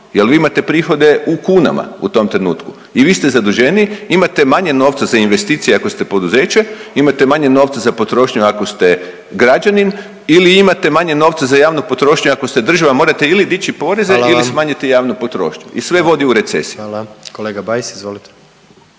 jer vi imate prihode u kunama u tom trenutku i vi zaduženi imate manje novca za investicije ako ste poduzeće, imate manje novca za potrošnju ako ste građanin ili imate manje novca za javnu potrošnju ako ste država morate ili dići poreze …/Upadica predsjednik: Hvala vam./… ili